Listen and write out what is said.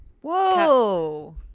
Whoa